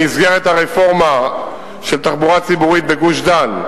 במסגרת הרפורמה של תחבורה ציבורית בגוש-דן,